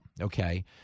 okay